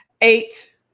Eight